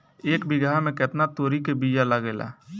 एक बिगहा में केतना तोरी के बिया लागेला?